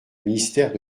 ministère